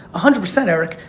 hundred percent eric,